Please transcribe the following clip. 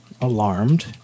alarmed